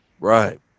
right